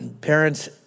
Parents